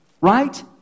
Right